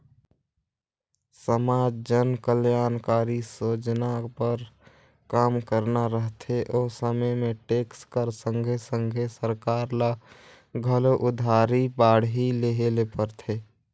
समाज जनकलयानकारी सोजना बर काम करना रहथे ओ समे में टेक्स कर संघे संघे सरकार ल घलो उधारी बाड़ही लेहे ले परथे